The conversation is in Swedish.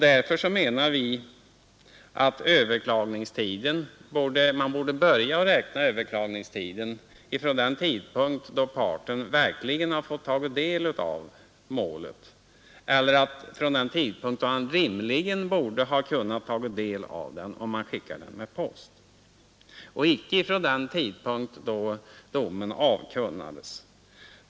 Därför menar vi att man borde börja räkna överklagningstiden från den tidpunkt då parten verkligen har fått ta del av domen eller från den tidpunkt då han rimligen borde ha kunnat ta del av den, om den skickats med post, och icke från den tidpunkt då domen avkunnades.